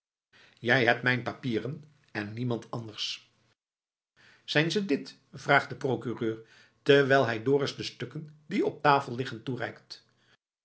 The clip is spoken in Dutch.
jij hebt mijn papieren en niemand anders zijn ze dit vraagt de procureur terwijl hij dorus de stukken die op tafel liggen toereikt